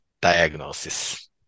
diagnosis